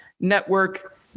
network